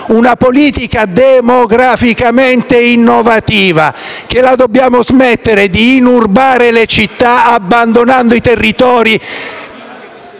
una politica demograficamente innovativa, che la dobbiamo smettere di inurbare le città, abbandonando i territori